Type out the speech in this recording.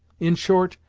in short,